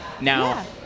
Now